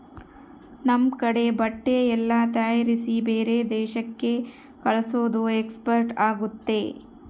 ನಮ್ ಕಡೆ ಬಟ್ಟೆ ಎಲ್ಲ ತಯಾರಿಸಿ ಬೇರೆ ದೇಶಕ್ಕೆ ಕಲ್ಸೋದು ಎಕ್ಸ್ಪೋರ್ಟ್ ಆಗುತ್ತೆ